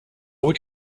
would